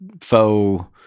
faux